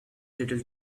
little